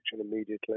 immediately